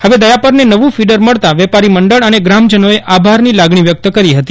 ફવે દયાપરને નવું ફીડર મળતાં વેપારી મંડળ અને ગ્રામજનોએ આભાર ની લાગણી વ્યક્ત કરી ફતી